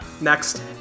Next